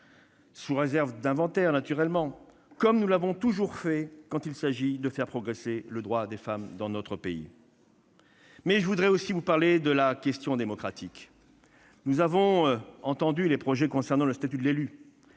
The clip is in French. sous réserve d'inventaire naturellement, comme nous l'avons toujours fait quand il s'agit de faire progresser les droits des femmes dans notre pays. Je voudrais aussi aborder la question démocratique. Nous avons eu connaissance des projets concernant le statut de l'élu.